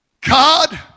God